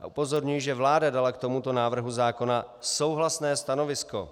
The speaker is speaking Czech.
A upozorňuji, že vláda dala k tomuto návrhu zákona souhlasné stanovisko.